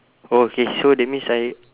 okay so that means I